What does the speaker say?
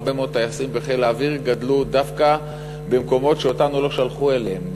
הרבה מאוד טייסים בחיל האוויר גדלו דווקא במקומות שאותנו לא שלחו אליהם,